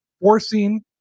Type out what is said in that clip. forcing